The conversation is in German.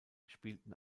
spielten